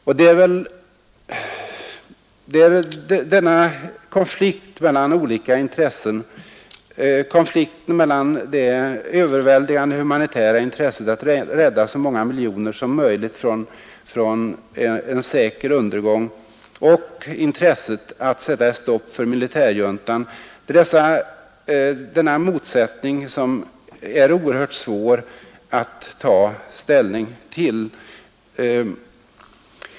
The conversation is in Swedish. Och det är väl denna konflikt mellan olika intressen — konflikten mellan det överväldigande humanitära intresset att rädda så många som möjligt från en säker undergång och intresset att sätta ett stopp för militärjuntan — som är oerhört svår att ta ställning till.